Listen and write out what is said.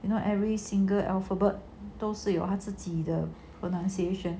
you know every single alphabet 都是有自己的 pronunciation